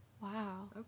Wow